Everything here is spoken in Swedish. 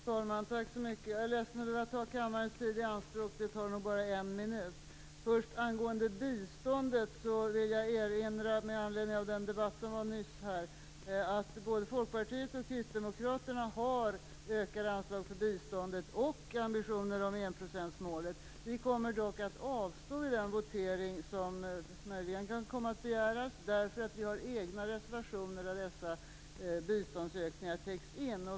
Fru talman! Jag är ledsen att behöva ta kammarens tid i anspråk, men det blir bara en minut. Angående biståndsmålet vill jag erinra med anledning av den debatt som var här nyss att både Folkpartiet och Kristdemokraterna har ökade anslag till biståndet och ambitionen om enprocentsmålet. Vi kommer dock att avstå i den votering som möjligen kan komma att begäras därför att vi har egna reservationer där dessa biståndsökningar täcks in.